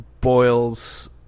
boils